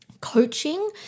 Coaching